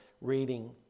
reading